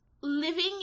living